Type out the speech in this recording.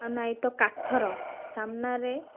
ଆଉ ନାଇ ତ କାଠର ସମ୍ନାରେ